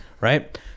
Right